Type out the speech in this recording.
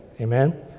amen